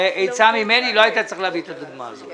עצה ממני: לא היית צריך להביא את הדוגמה הזאת.